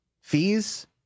Fees